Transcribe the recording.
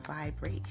vibrate